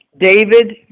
David